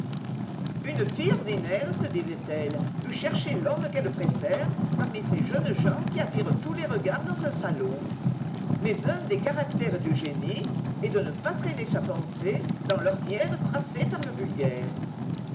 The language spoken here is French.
une fille ordinaire se disait-elle eût cherché l'homme qu'elle préfère parmi ces jeunes gens qui attirent tous les regards dans un salon mais un des caractères du génie est de ne pas traîner sa pensée dans l'ornière tracée par le vulgaire